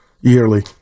yearly